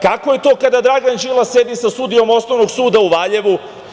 Kako je to kada Dragan Đilas sedi sa sudijom osnovnog suda u Valjevu?